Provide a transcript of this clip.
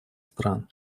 стран